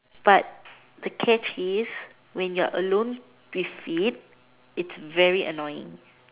but the catch is when you are alone with it it's very annoying